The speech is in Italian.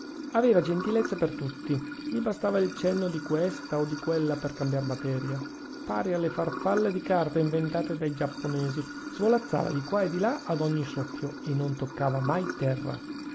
aveva gentilezze per tutte gli bastava il cenno di questa o di quella per cambiar materia pari alle farfalle di carta inventate dai giapponesi svolazzava di qua e di là ad ogni soffio e non toccava mai terra